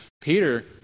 Peter